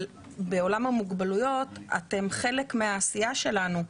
אבל בעולם המוגבלויות אתם חלק מהעשייה שלנו.